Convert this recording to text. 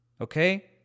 Okay